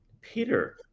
Peter